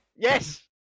Yes